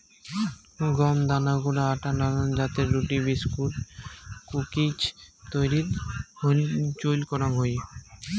গম দানা গুঁড়া আটা নানান জাতের রুটি, বিস্কুট, কুকিজ তৈয়ারীত চইল করাং হই